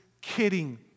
kidding